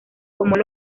como